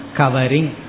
covering